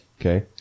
okay